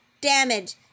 damage